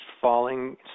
falling